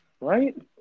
right